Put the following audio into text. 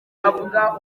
avuga